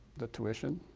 the tuition,